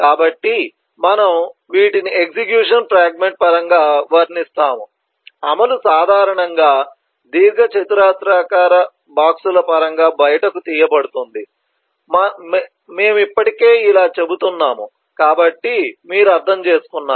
కాబట్టి మనము వీటిని ఎగ్జిక్యూషన్ ఫ్రాగ్మెంట్ పరంగా వర్ణిస్తాము అమలు సాధారణంగా దీర్ఘచతురస్రాకార బాక్సుల పరంగా బయటకు తీయబడుతుంది మేము ఇప్పటికే ఇలా చెబుతున్నాము కాబట్టి మీరు అర్థం చేసుకున్నారు